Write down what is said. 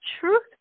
truth